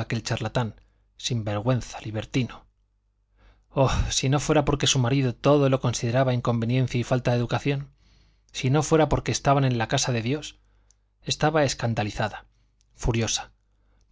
aquel charlatán sin vergüenza libertino oh si no fuera porque su marido todo lo consideraba inconveniencia y falta de educación si no fuera porque estaban en la casa de dios estaba escandalizada furiosa